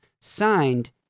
Signed